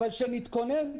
אבל שנתכונן.